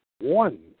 one